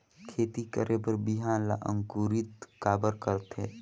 खेती करे बर बिहान ला अंकुरित काबर करथे?